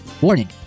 Warning